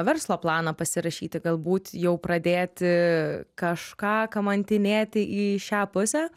verslo planą pasirašyti galbūt jau pradėti kažką kamantinėti į šią pusę